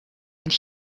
and